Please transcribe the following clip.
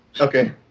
Okay